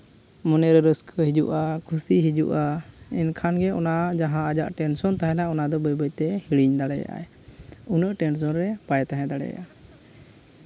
ᱢᱚᱱᱮ ᱨᱮ ᱨᱟᱹᱥᱠᱟᱹ ᱦᱤᱡᱩᱜᱼᱟ ᱠᱩᱥᱤ ᱦᱤᱡᱩᱜᱼᱟ ᱮᱱᱠᱷᱟᱱ ᱜᱮ ᱚᱱᱟ ᱡᱟᱦᱟᱸ ᱟᱡᱟᱜ ᱴᱮᱱᱥᱚᱱ ᱛᱟᱦᱮᱱᱟ ᱚᱱᱟᱫᱚ ᱵᱟᱹᱭᱼᱵᱟᱹᱭᱛᱮ ᱦᱤᱲᱤᱧ ᱫᱟᱲᱮᱭᱟᱜ ᱟᱭ ᱩᱱᱟᱹᱜ ᱴᱮᱱᱥᱚᱱ ᱨᱮ ᱵᱟᱭ ᱛᱟᱦᱮᱸ ᱫᱟᱲᱮᱭᱟᱜᱼᱟ